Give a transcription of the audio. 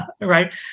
right